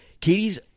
Katie's